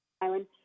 Island